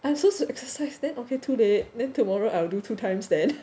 I'm supposed to exercise then okay too late then tomorrow I will do two times then